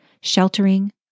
sheltering